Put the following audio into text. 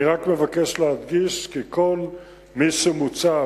אני רק מבקש להדגיש כי כל מי שמוצב,